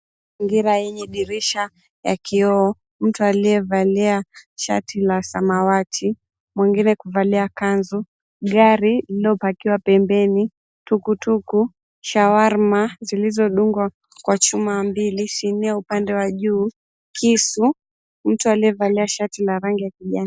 Mazingira yenye dirisha ya kioo mtu aliyevalia shati la samawati mwengine kuvalia kanzu. Gari lililopakwa pembeni, tukutuku, shawarma zilizodungwa kwa chuma mbili, sinia na upande wa juu, kisu. Mtu aliyevalia shati la rangi ya kijani.